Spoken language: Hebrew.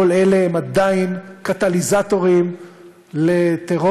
כל אלה הם עדיין קטליזטורים לטרור,